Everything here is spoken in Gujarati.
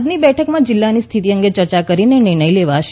આજની બેઠકમાં જીલ્લાની સ્થિતિ અંગે ચર્ચા કરીને નિર્ણય લેવાશ